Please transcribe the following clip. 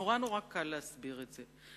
נורא-נורא קל להסביר את זה.